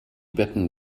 betten